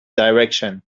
direction